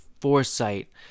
foresight